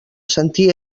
sentia